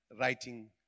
writing